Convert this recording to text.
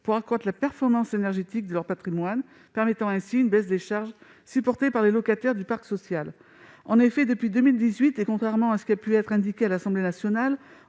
pour accroître la performance énergétique de leur patrimoine et, ainsi, de voir une baisse des charges supportées par les locataires du parc social. En effet, depuis 2018, et contrairement à ce qui a pu être indiqué à l'Assemblée nationale